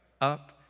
Up